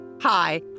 Hi